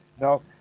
No